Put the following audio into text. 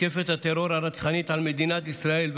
מתקפת הטרור הרצחנית על מדינת ישראל,